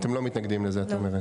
אתם לא מתנגדים לזה יותר מידי?